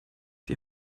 die